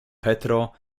petro